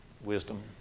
wisdom